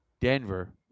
Denver